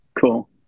Cool